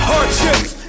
Hardships